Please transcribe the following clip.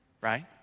Right